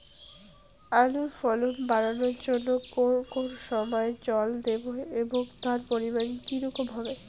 আলুর ফলন বাড়ানোর জন্য কোন কোন সময় জল দেব এবং তার পরিমান কি রকম হবে?